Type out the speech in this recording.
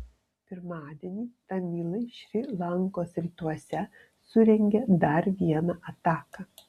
pirmadienį tamilai šri lankos rytuose surengė dar vieną ataką